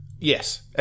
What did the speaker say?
Yes